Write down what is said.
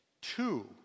two